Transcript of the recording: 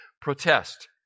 protest